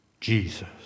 Jesus